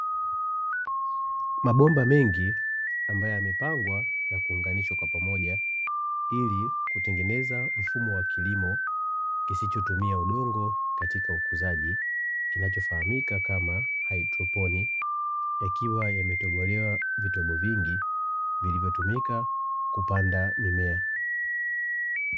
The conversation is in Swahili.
Mabomba mengi ambayo yamepangwa na kuunganishwa kwa pamoja, ili kutengeneza mfumo wa kilimo kisichotumia udongo katika ukuzaji, kinachofahamika kama haidroponi, yakiwa yametobolewa vitobo vingi, vilivyotumika kupanda mimea.